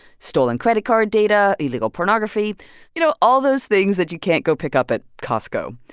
stolen credit card data, illegal pornography you know, all those things that you can't go pick up at costco.